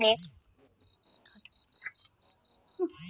রোটাটার গাড়ি দিয়ে চাষের যে জমি থাকছে তাতে চাষ হচ্ছে